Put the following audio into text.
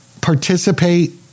participate